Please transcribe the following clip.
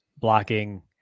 blocking